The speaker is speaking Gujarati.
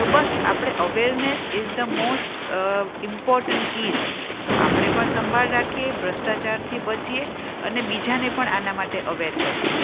તો બસ આપણે awareness is the most important કિસ તો આપણે પણ સંભાળ રાખીએ ભ્રષ્ટાચારથી બચીએ અને બીજાને પણ આના માટે અવેર કરીએ